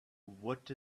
what